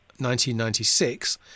1996